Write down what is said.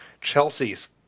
Chelsea's